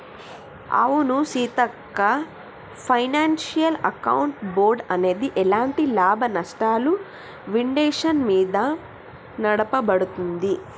అవును Seethakka financial account board అనేది ఎలాంటి లాభనష్టాలు విండేషన్ మీద నడపబడుతుంది